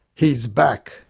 he's back!